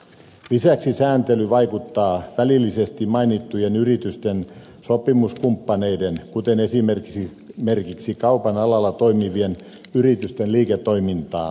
lisäksi sääntely vaikuttaa välillisesti mainittujen yritysten sopimuskumppaneiden kuten esimerkiksi kaupan alalla toimivien yritysten liiketoimintaan